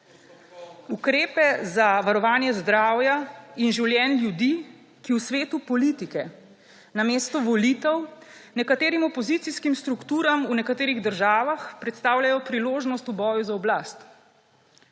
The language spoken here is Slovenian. Ukrepe za varovanje zdravja in življenj ljudi, ki v svetu politike namesto volitev nekaterim opozicijskim strukturam v nekaterih državah predstavljajo priložnost v boju za oblast.